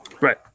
Right